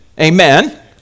Amen